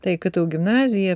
tai kad tu gimnazija